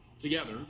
together